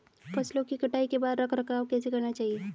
फसलों की कटाई के बाद रख रखाव कैसे करना चाहिये?